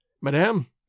Madame